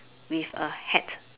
with a hat